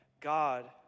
God